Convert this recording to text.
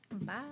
Bye